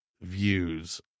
views